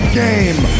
game